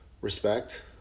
respect